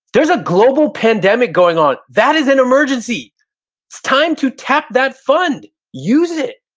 there's a global pandemic going on. that is an emergency. it's time to tap that fund. use it.